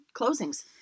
closings